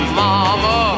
mama